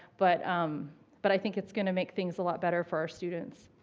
but um but i think it's going to make things a lot better for our students.